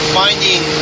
finding